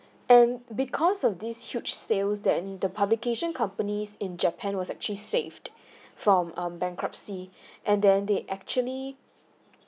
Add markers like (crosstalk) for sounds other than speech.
and because of this huge sales then the publication companies in japan was actually saved from um bankruptcy (breath) and then they actually